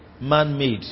man-made